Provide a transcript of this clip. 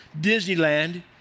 Disneyland